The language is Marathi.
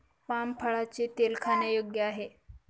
पाम फळाचे तेल खाण्यायोग्य आहे